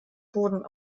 boden